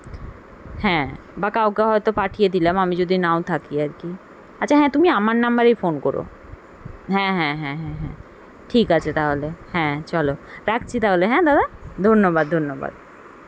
হ্যাঁ বা কাউকে হয়তো পাঠিয়ে দিলাম আমি যদি নাও থাকি আর কি আচ্ছা হ্যাঁ তুমি আমার নম্বরেই ফোন কোরো হ্যাঁ হ্যাঁ হ্যাঁ হ্যাঁ হ্যাঁ ঠিক আছে তাহলে হ্যাঁ চলো রাখছি তাহলে হ্যাঁ দাদা ধন্যবাদ ধন্যবাদ